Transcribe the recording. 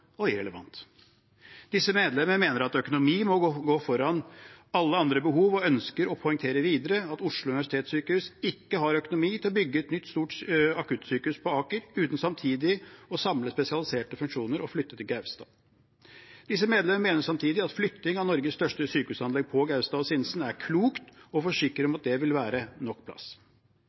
og irrelevant. Disse medlemmer mener at økonomi må gå foran alle andre behov, og ønsker å poengtere videre at Oslo universitetssykehus ikke har økonomi til å bygge et nytt, stort akuttsykehus på Aker uten samtidig å samle spesialiserte funksjoner og flytte til Gaustad. Disse medlemmer mener samtidig at flytting av Norges største sykehusanlegg til Gaustad og Sinsen er klokt, og forsikrer om at det vil være nok plass.